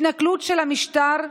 התנכלות של המשטר,